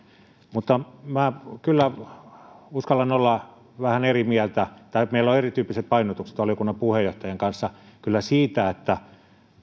mutta minä kyllä uskallan olla vähän eri mieltä meillä on erityyppiset painotukset valiokunnan puheenjohtajan kanssa kyllä siitä